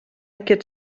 aquest